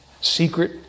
secret